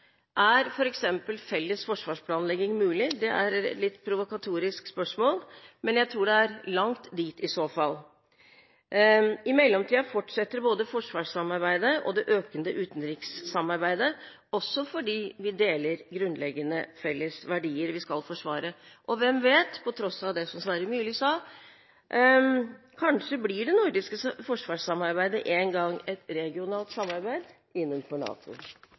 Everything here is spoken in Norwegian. er f.eks. felles forsvarsplanlegging mulig? Det er et litt provokatorisk spørsmål. Men jeg tror det er langt dit i så fall. I mellomtiden fortsetter både forsvarssamarbeidet og det økende utenrikssamarbeidet, også fordi vi deler grunnleggende felles verdier vi skal forsvare. Og hvem vet, på tross av det som Sverre Myrli sa: Kanskje blir det nordiske forsvarssamarbeidet en gang et regionalt samarbeid innenfor NATO.